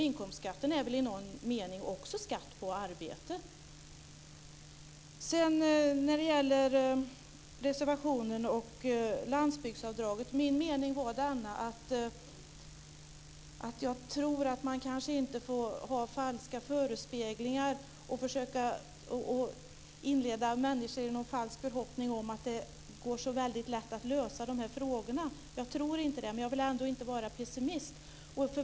Inkomstskatten är väl i någon mening också skatt på arbete. När det gäller reservationen och landsbygdsavdraget tror jag att man kanske inte får ha falska förespeglingar och inleda människor i någon falsk förhoppning om att det går så väldigt lätt att lösa de här frågorna. Jag tror inte det, men jag vill ändå inte vara pessimist.